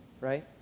right